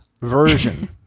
version